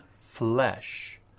flesh